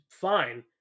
fine